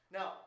Now